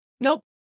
Nope